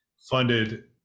funded